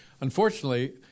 Unfortunately